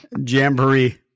jamboree